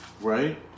Right